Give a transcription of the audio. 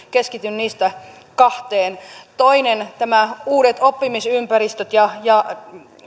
keskityn niistä kahteen toinen nämä uudet oppimisympäristöt ja ja